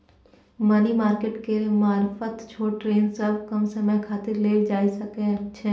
money market केर मारफत छोट ऋण सब कम समय खातिर लेल जा सकइ छै